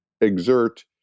exert